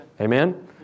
amen